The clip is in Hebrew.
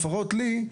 לפחות לי,